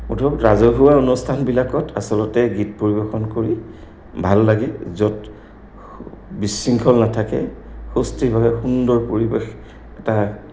ৰাজহুৱা অনুষ্ঠানবিলাকত আচলতে গীত পৰিৱেশন কৰি ভাল লাগে য'ত বিশৃংখল নাথাকে সুন্দৰ পৰিৱেশ এটা